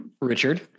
Richard